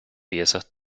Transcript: piezas